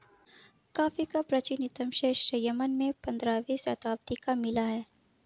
coffee का प्राचीनतम साक्ष्य यमन में पंद्रहवी शताब्दी का मिला है